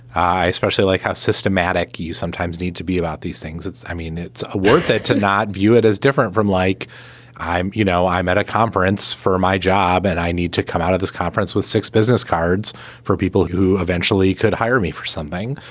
i especially like how systematic you sometimes need to be about these things. i mean, it's ah worth it to not view it as different from like i'm you know, i'm at a conference for my job and i need to come out of this conference with six business cards for people who eventually could hire me for something.